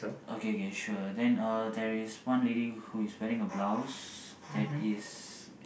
okay okay sure then uh there is one lady who is wearing a blouse that is